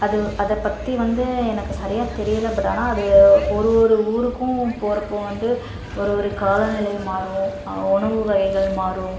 அது அதைப் பற்றி வந்து எனக்கு சரியாக தெரியலை பட் ஆனால் அது ஒரு ஒரு ஊருக்கும் போகிறப்போ வந்து ஒரு ஒரு காலநிலை மாறும் உணவு வகைகள் மாறும்